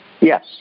Yes